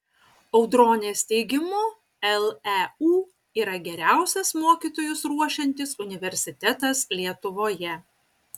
audronės teigimu leu yra geriausias mokytojus ruošiantis universitetas lietuvoje